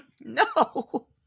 No